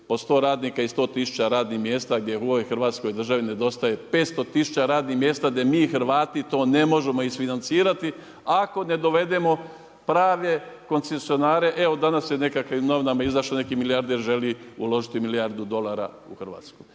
po 100 radnika i 100000 radnih mjesta gdje u ovoj Hrvatskoj državi nedostaje 500000 radnih mjesta gdje mi Hrvati to ne možemo isfinancirati ako ne dovedemo prave koncesionare, evo danas je u nekakvim novinama izašlo neki milijarder želi uložiti milijardu dolara u Hrvatsku.